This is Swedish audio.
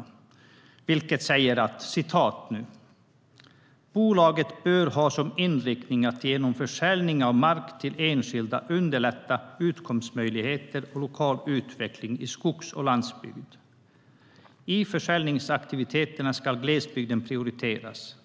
I beslutet står följande:"Bolaget bör ha som inriktning att genom försäljning av mark till enskilda underlätta utkomstmöjligheterna och lokal utveckling i skogs och landsbygd. I försäljningsaktiviteterna skall glesbygden prioriteras.